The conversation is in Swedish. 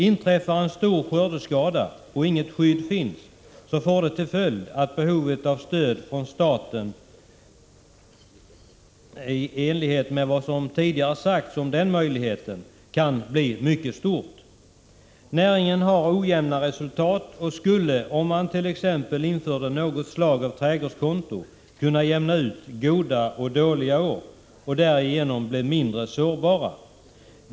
Inträffar en stor skördeskada och inget skydd finns, får det till följd att behovet av stöd från staten i enlighet med vad som tidigare framhållits om denna möjlighet kan bli stort. Näringen har ojämna resultat och skulle, om man t.ex. införde något slag av trädgårdskonto, kunna jämna ut goda och dåliga år och därigenom bli mindre sårbar.